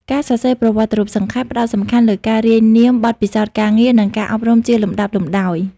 ការសរសេរប្រវត្តិរូបសង្ខេប ផ្តោតសំខាន់លើការរាយនាមបទពិសោធន៍ការងារ និងការអប់រំជាលំដាប់លំដោយ។